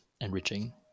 enriching